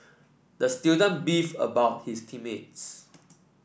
the student beefed about his team mates